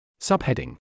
Subheading